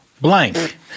blank